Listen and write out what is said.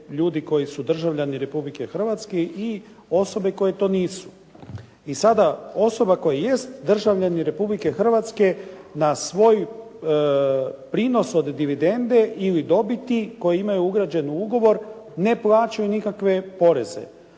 ljudi koji su državljani Republike Hrvatske i osobe koje to nisu. I sada osoba koja jest državljanin Republike Hrvatske na svoj prinos od dividende ili dobili koju imaju ugrađenu u ugovor ne plaćaju nikakve poreze.